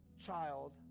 child